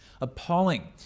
appalling